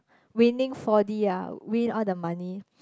winning four-D ah win all the money